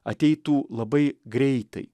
ateitų labai greitai